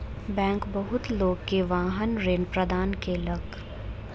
bank बहुत लोक के वाहन ऋण प्रदान केलक